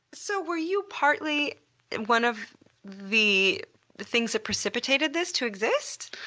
so, were you partly one of the the things that precipitated this to exist?